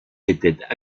était